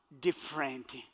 different